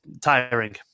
tiring